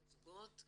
הזוגות,